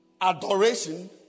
Adoration